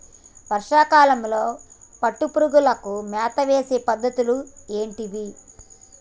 వర్షా కాలంలో పట్టు పురుగులకు మేత వేసే పద్ధతులు ఏంటివి?